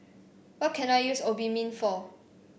what can I use Obimin for